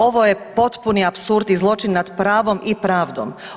Ovo je potpuni apsurd i zločin nad pravom i pravdom.